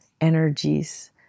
energies